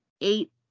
Eight